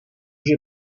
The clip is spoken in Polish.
się